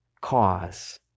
cause